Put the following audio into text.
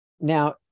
Now